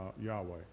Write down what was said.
Yahweh